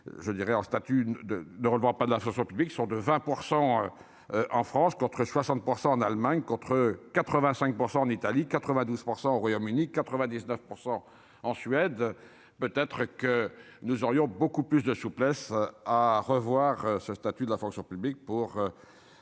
je dirais en statut de de, on ne voit pas de la ascenseur publics sont de 20 % en France contre 60 % en Allemagne contre 85 % en Italie 92 % au Royaume-Uni 99 % en Suède, peut-être que nous aurions beaucoup plus de souplesse à revoir ce statut de la fonction publique pour,